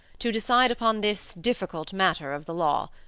to decide upon this difficult matter of the law,